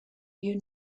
you